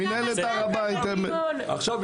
היא הייתה כאן בדיון.